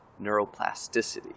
neuroplasticity